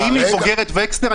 האם היא בוגרת וקסנר?